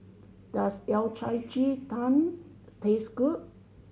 does Yao Cai ji tang taste good